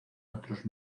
otros